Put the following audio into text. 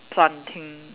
planting